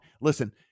listen